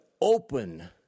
open